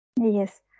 Yes